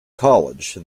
college